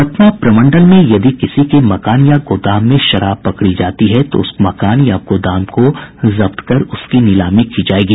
पटना प्रमंडल में यदि किसी के मकान या गोदाम में शराब पकड़ी जाती है तो उस मकान या गोदाम को जब्त कर उसकी नीलामी की जायेगी